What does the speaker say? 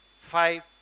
five